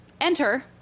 Enter